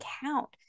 count